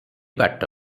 ବାଟ